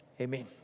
Amen